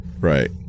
Right